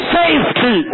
safety